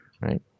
Right